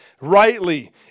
rightly